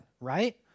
right